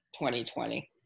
2020